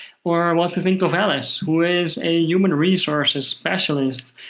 or what to think of alice, who is a human resources specialist.